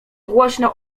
głośno